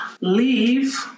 leave